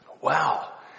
Wow